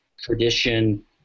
tradition